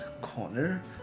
corner